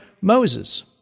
Moses